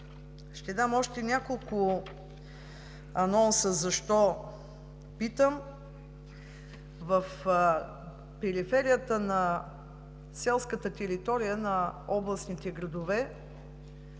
Ще дам още няколко анонса защо питам. В периферията на селската територия на областните градове